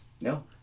No